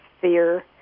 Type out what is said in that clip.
fear